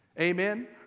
Amen